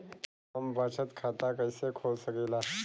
हम बचत खाता कईसे खोल सकिला?